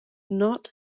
not